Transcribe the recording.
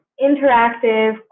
interactive